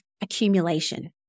accumulation